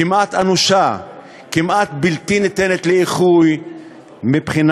כמעט אנושה, כמעט בלתי ניתנת לאיחוי מבחינת